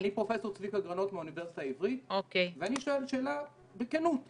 אני שואל שאלה בכנות.